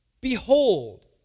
Behold